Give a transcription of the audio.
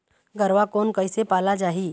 गरवा कोन कइसे पाला जाही?